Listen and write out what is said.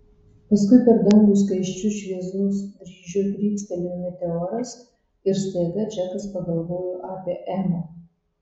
paskui per dangų skaisčiu šviesos dryžiu drykstelėjo meteoras ir staiga džekas pagalvojo apie emą